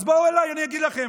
אז בואו אליי, אני אגיד לכם.